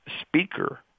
speaker